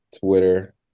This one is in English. Twitter